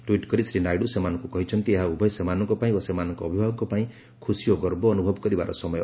tweet କରି ଶ୍ରୀ ନାଇଡୁ ସେମାନଙ୍କୁ କହିଛନ୍ତି ଏହା ଉଭୟ ସେମାନଙ୍କ ପାଇଁ ଓ ସେମାନଙ୍କ ଅଭିଭାବକଙ୍କ ପାଇଁ ଖୁସି ଓ ଗର୍ବ ଅନୁଭବ କରିବାର ସମୟ